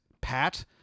Pat